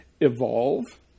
evolve